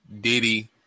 Diddy